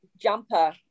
jumper